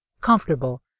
comfortable